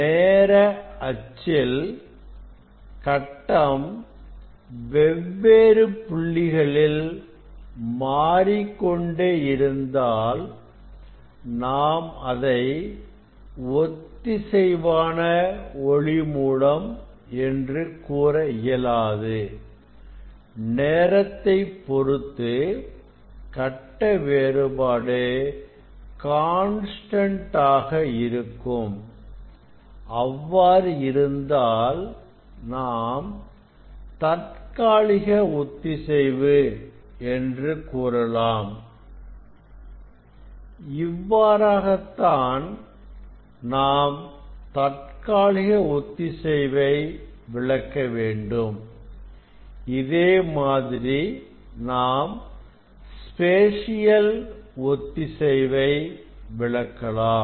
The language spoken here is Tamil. நேர அச்சில் கட்டம் வெவ்வேறு புள்ளிகளில் மாறிக் கொண்டே இருந்தாள் நாம் அதை ஒத்திசைவான ஒளி மூலம் என்று கூற இயலாது நேரத்தைப் பொறுத்து கட்ட வேறுபாடு கான்ஸ்டன்ட் ஆக இருக்கும் அவ்வாறு இருந்தால் நாம் தற்காலிக ஒத்திசைவு என்று கூறலாம் இவ்வாறாகத் தான் நாம் தற்காலிக ஒத்திசைவை விளக்க வேண்டும் இதே மாதிரி நாம் ஸ்பேசியல் ஒத்திசைவை விளக்கலாம்